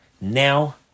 Now